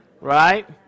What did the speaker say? Right